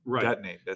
detonate